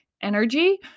energy